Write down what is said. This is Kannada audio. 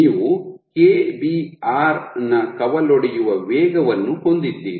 ನೀವು Kbr ನ ಕವಲೊಡೆಯುವ ವೇಗವನ್ನು ಹೊಂದಿದ್ದೀರಿ